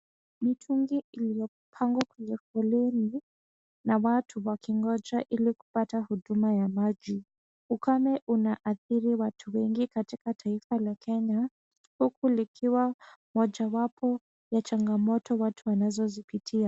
Mtungi iliopangwa kwenye foleni na watu wakingoja ili kupata huduma ya maji. Ukame unaathiri watu wengi katika taifa la Kenya, huku likiwa mojawapo ya changamoto watu wanazozipitia.